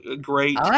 great